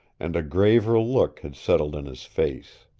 and a graver look had settled in his face.